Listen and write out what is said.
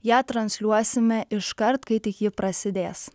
ją transliuosime iškart kai tik ji prasidės